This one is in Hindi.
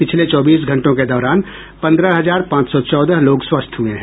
पिछले चौबीस घंटों के दौरान पंद्रह हजार पांच सौ चौदह लोग स्वस्थ हुए हैं